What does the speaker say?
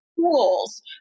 tools